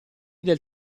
del